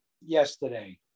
yesterday